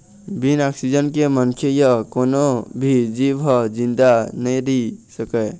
बिन ऑक्सीजन के मनखे य कोनो भी जींव ह जिंदा नइ रहि सकय